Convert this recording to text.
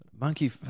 Monkey